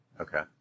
Okay